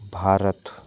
Bharat